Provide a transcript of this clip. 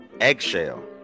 Eggshell